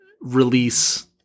release